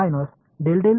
पहिला घटक असेल